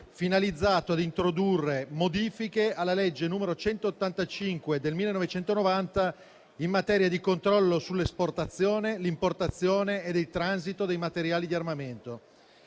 finalizzato ad introdurre modifiche alla legge n. 185 del 1990 in materia di controllo dell'esportazione, importazione e transito dei materiali di armamento.